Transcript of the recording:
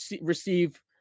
receive